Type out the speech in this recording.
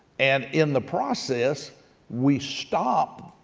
and in the process we stop,